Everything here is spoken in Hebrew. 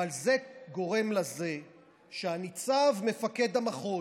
אבל זה גורם לזה שהניצב, מפקד המחוז,